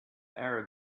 arab